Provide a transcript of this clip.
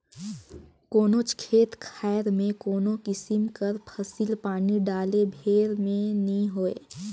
कोनोच खेत खाएर में कोनो किसिम कर फसिल पानी डाले भेर में नी होए